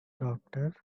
doctors